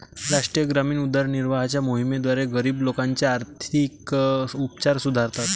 राष्ट्रीय ग्रामीण उदरनिर्वाहाच्या मोहिमेद्वारे, गरीब लोकांचे आर्थिक उपचार सुधारतात